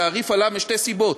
התעריף עלה משתי סיבות: